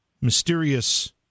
mysterious